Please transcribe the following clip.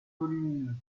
volumineux